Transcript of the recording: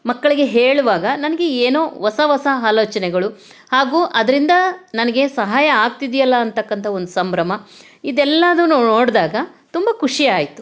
ಮಕ್ಕಳಿಗೆ ಹೇಳುವಾಗ ನನಗೆ ಏನೋ ಹೊಸ ಹೊಸ ಆಲೋಚನೆಗಳು ಹಾಗೂ ಅದರಿಂದ ನನಗೆ ಸಹಾಯ ಆಗ್ತಿದೆಯಲ್ಲ ಅಂತಕ್ಕಂಥ ಒಂದು ಸಂಭ್ರಮ ಇದೆಲ್ಲದೂ ನೋಡಿದಾಗ ತುಂಬ ಖುಷಿಯಾಯಿತು